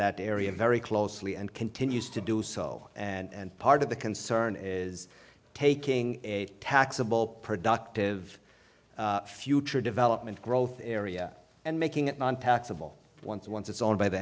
that area very closely and continues to do so and part of the concern is taking a taxable productive future development growth area and making it nontaxable once once it's owned by the